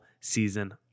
season